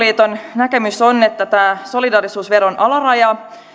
esityksiin vasemmistoliiton näkemys on että tämä solidaarisuusveron alaraja